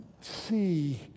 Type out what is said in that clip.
see